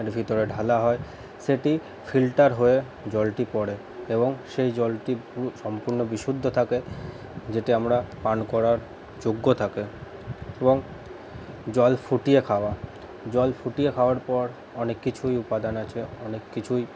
এর ভিতরে ঢালা হয় সেটি ফিল্টার হয়ে জলটি পড়ে এবং সেই জলটি সম্পূর্ণ বিশুদ্ধ থাকে যেটি আমরা পান করার যোগ্য থাকে এবং জল ফুটিয়ে খাওয়া জল ফুটিয়ে খাওয়ার পর অনেক কিছুই উপাদান আছে অনেক কিছুই